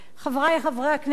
חברי חברי הכנסת,